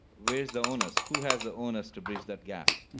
where's the onus? who has the onus to bridge that gap?